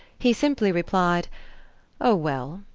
he simply replied oh, well,